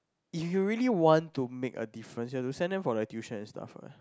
if you really want to make a difference you have to send them for like tuition and stuff what